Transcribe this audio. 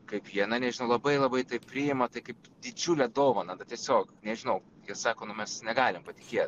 kaip jie na nežinau labai labai tai priima tai kaip didžiulę dovaną na tiesiog nežinau jie sako nu mes negalim patikėt